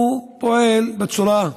הוא פועל בצורה,